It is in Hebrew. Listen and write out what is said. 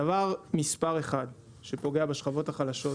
הדבר מספר 1 שפוגע בשכבות החלשות,